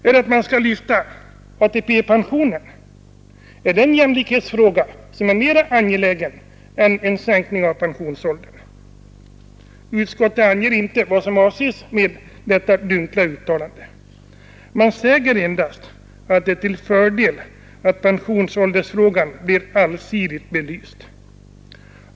Är det att ändra reglerna för ATP-pensionen? Är det en jämlikhetsfråga som är mera angelägen än en sänkning av pensionsåldern? Utskottet anger inte vad som avses med detta dunkla uttalande. Man säger endast att det är till fördel att pensionsåldersfrågan blir allsidigt belyst.